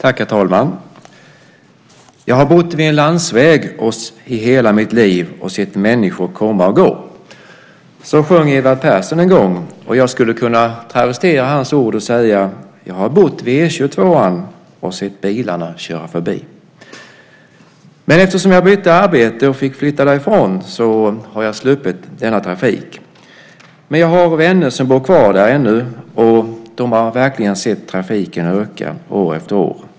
Herr talman! Jag har bott vid en landsväg i hela mitt liv och sett människor komma och gå. Så sjöng Edvard Persson en gång, och jag skulle kunna travestera hans ord och säga: Jag har bott vid E 22:an och sett bilarna köra förbi. Eftersom jag bytte arbete och fick flytta därifrån har jag sluppit denna trafik. Men jag har vänner som bor kvar där ännu. De har verkligen sett trafiken öka år efter år.